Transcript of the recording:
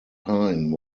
pine